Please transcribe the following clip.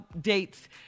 dates